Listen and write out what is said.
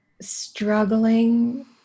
struggling